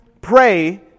pray